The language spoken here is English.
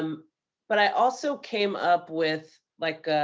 um but i also came up with like